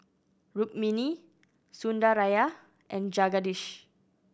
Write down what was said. Rukmini Sundaraiah and Jagadish